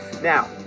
Now